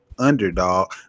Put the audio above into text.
underdog